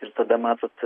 ir tada matote